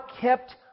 kept